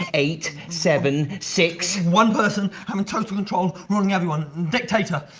and eight, seven, six. one person having total control, running everyone. dictator!